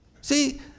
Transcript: See